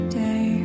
day